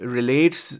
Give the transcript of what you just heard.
Relates